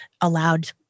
allowed